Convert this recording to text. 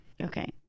Okay